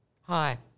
Hi